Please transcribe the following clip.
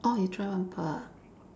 orh you try one pot